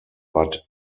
but